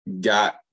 got